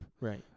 Right